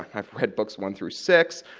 i've read books one through six,